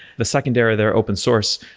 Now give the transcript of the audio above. the second era, they're open source,